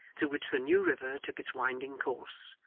through which the new river took its winding course,